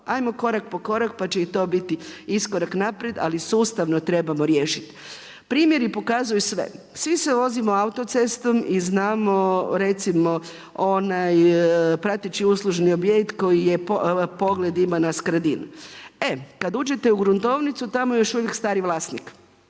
ajmo korak po korak pa će i to biti iskorak naprijed, ali sustavno trebamo riješit. Primjeri pokazuju sve, svi se vozimo autocestom, i znamo recimo onaj prateći uslužno objekt koji pogled ima Skradin. Kad uđete u gruntovnicu, tamo je još uvijek stari vlasnik.